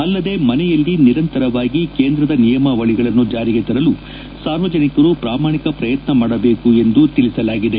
ಅಲ್ಲದೇ ಮನೆಯಲ್ಲಿ ನಿರಂತರವಾಗಿ ಕೇಂದ್ರದ ನಿಯಮಾವಳಿಗಳನ್ನು ಜಾರಿಗೆ ತರಲು ಸಾರ್ವಜನಿಕರು ಪ್ರಾಮಾಣಿಕ ಪ್ರಯತ್ನ ಮಾಡಬೇಕು ಎಂದು ತಿಳಿಸಲಾಗಿದೆ